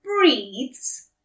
breathes